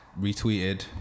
retweeted